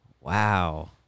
Wow